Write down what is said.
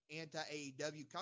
anti-AEW